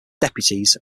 deputies